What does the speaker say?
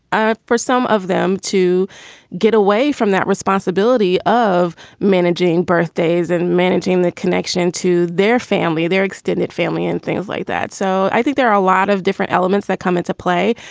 ah for some of them to get away from that responsibility of managing birthdays and managing the connection to their family, their extended family and things like that so i think there are a lot of different elements that come into play.